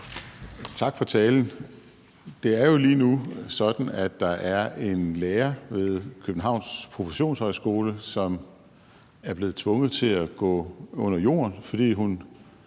Tak for talen. Det er jo lige nu sådan, at der er en lærer ved Københavns Professionshøjskole, som er blevet tvunget til at gå under jorden, fordi hun